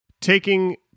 Taking